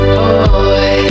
boy